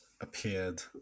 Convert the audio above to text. appeared